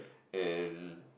and